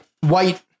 white